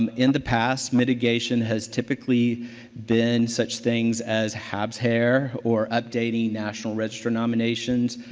um in the past, mitigation has typically been such things as habs haer, or updating national register nominations,